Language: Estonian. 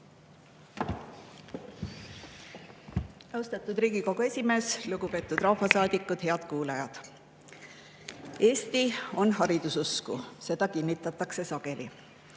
Austatud Riigikogu esimees! Lugupeetud rahvasaadikud! Head kuulajad! Eesti on hariduse usku, seda kinnitatakse sageli.